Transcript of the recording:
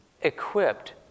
equipped